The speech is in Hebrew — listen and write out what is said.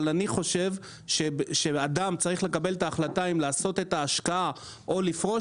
אני חושב שאדם שצריך לקבל את ההחלטה האם לעשות את ההשקעה או לפרוש,